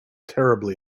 terribly